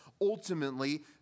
ultimately